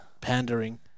pandering